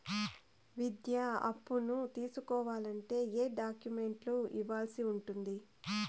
విద్యా అప్పును తీసుకోవాలంటే ఏ ఏ డాక్యుమెంట్లు ఇవ్వాల్సి ఉంటుంది